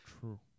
true